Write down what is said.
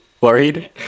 Worried